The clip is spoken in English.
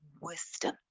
wisdom